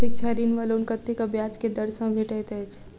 शिक्षा ऋण वा लोन कतेक ब्याज केँ दर सँ भेटैत अछि?